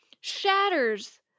shatters